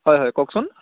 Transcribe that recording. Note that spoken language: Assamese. হয় হয় কওকচোন